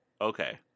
okay